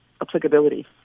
applicability